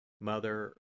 Mother